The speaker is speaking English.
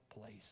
place